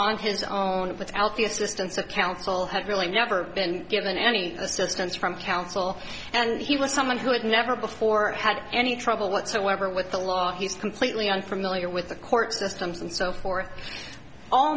on his own without the assistance of counsel had really never been given any assistance from counsel and he was someone who had never before had any trouble whatsoever with the law he's completely unfamiliar with the court systems and so forth